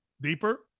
deeper